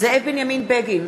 זאב בנימין בגין,